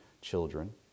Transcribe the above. children